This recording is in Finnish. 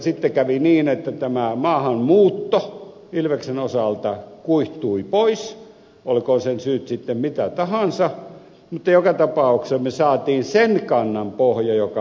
sitten kävi niin että tämä maahanmuutto ilveksen osalta kuihtui pois olkoot sen syyt sitten mitä tahansa mutta joka tapauksessa me saimme sen kannan pohjan joka meillä nyt on